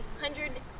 hundred